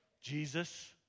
Jesus